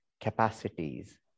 capacities